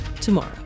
tomorrow